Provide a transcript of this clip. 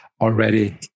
already